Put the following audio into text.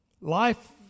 Life